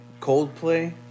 Coldplay